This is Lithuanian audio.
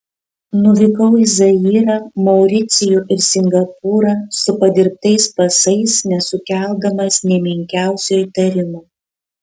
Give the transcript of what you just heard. nuvykau į zairą mauricijų ir singapūrą su padirbtais pasais nesukeldamas nė menkiausio įtarimo